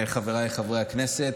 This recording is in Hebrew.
חבריי חברי הכנסת,